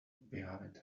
behind